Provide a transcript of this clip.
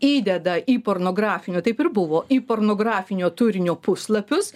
įdeda į pornografinių taip ir buvo į pornografinio turinio puslapius